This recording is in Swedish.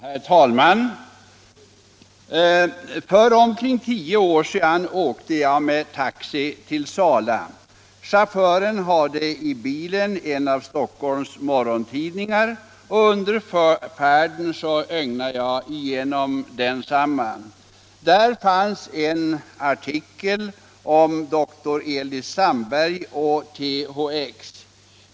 Herr talman! För omkring tio år sedan åkte jag med taxi till Sala. Chauffören hade i bilen en av Stockholms morgontidningar och under färden ögnade jag igenom densamma. Där fanns en artikel om dr Elis Sandberg och THX.